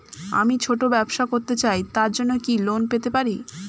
আমি ছোট ব্যবসা করতে চাই তার জন্য কি লোন পেতে পারি?